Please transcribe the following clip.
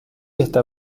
esta